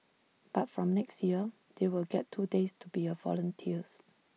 but from next year they will get two days to be volunteers